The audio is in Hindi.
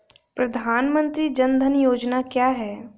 प्रधानमंत्री जन धन योजना क्या है?